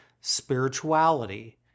spirituality